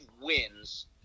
wins